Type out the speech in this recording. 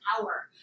power